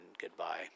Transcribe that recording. goodbye